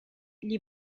gli